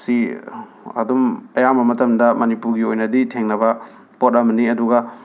ꯁꯤ ꯑꯗꯨꯝ ꯑꯌꯥꯝꯕ ꯃꯇꯝꯗ ꯃꯅꯤꯄꯨꯔꯒꯤ ꯑꯣꯏꯅꯗꯤ ꯊꯦꯡꯅꯕ ꯄꯣꯠ ꯑꯃꯅꯤ ꯑꯗꯨꯒ